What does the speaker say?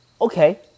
okay